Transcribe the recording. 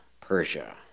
Persia